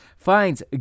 finds